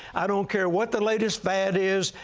i don't care what the latest fad is.